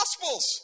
Gospels